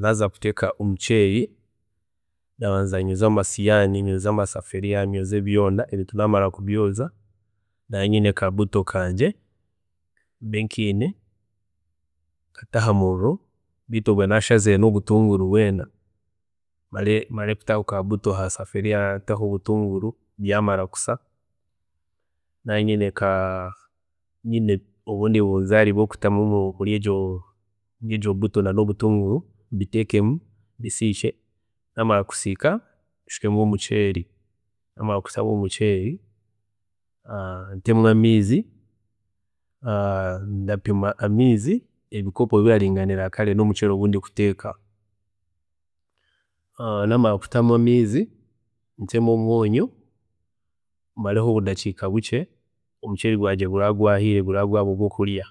﻿Naaza kuteeka omuceeri, ndabanza nyoze amasiyaani, nyoze amasefuriya, nyoze byoona, ebintu namara kubyoozya, ndaba nyine ka buto kangye mbe nkiine, nte ahamuriro beitu obwe ndaba nashazire obutunguru bwoona mare kutaho ka buto hasafuriya ntekeho obutunguru, byaheza kusya, nanyine ka, nyine obundi bunzaari bwokuteekamu muryegyo buto nanobutunguru, mbiteekemu, mbisiike, namara kusiika, nshukemu omuceeri, namara kushukamu omuceeri ntemu amaizi, ndapima amaizi ebikopo biraringanira kare nomuceeri ogu ndi kuteeka, namara kutamu amaizi, ntemu omwonyo, mbareho obudakiika bukye, omuceeri gwangye guraba gwahiire guraba guri ogwokurya.